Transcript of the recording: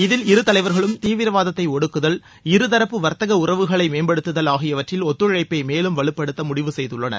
இதில் இரு தலைவர்களும் தீவிரவாதத்தை ஒடுக்குதல் இருதரப்பு வர்த்தக உறவுகளை மேம்படுத்துதல் ஆகியவற்றில் ஒத்துழைப்பை மேலும் வலுப்படுத்த முடிவு செய்துள்ளனர்